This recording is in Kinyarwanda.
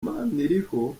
maniriho